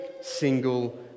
single